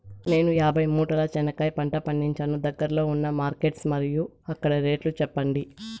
నేను యాభై మూటల చెనక్కాయ పంట పండించాను దగ్గర్లో ఉన్న మార్కెట్స్ మరియు అక్కడ రేట్లు చెప్పండి?